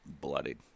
bloodied